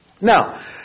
Now